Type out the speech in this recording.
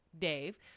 dave